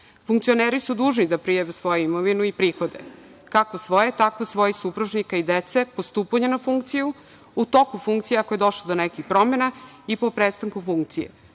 Funkcioneri su dužni da prijave svoju imovinu i prihode, kako svoje, tako svojih supružnika i dece, po stupanju na funkciju, u toku funkcije, ako je došlo do nekih promena i po prestanku funkcije. Tako